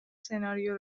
سناریو